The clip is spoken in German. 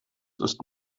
ist